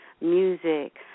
music